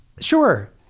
Sure